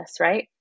right